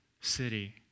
city